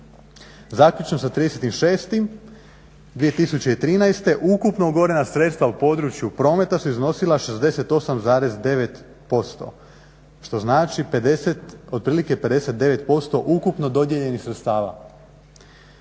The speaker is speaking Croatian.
zaključno sa 30.6.2013.ukupno ugovorena sredstva u području prometa su iznosila 68,9% što znači otprilike 59% ukupno dodijeljenih sredstava.